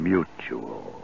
Mutual